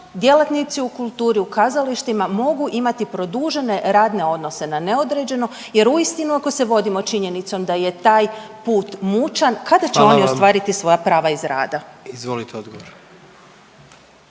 djelatnici u kulturi u kazalištima mogu imati produžene radne odnose na neodređeno jer uistinu, ako se vodimo činjenicom da je taj put mučan, kada će oni .../Upadica: Hvala vam./... ostvariti svoja